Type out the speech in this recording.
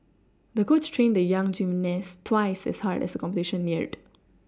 the coach trained the young gymnast twice as hard as the competition neared